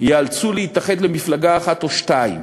ייאלצו להתאחד למפלגה אחת או שתיים.